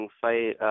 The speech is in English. fight